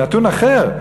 נתון אחר,